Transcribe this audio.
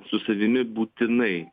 su savimi būtinai